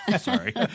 Sorry